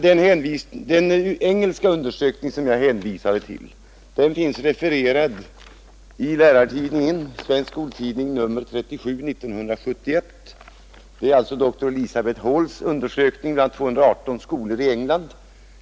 Den engelska undersökning som jag hänvisade till finns refererad i Lärartidningen/Svensk Skoltidning nr 37 1971. Det är dr Elizabeth Halls undersökning av 218 skolor i England.